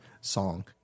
song